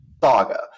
saga